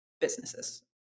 businesses